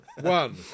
one